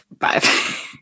five